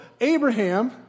Abraham